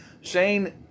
Shane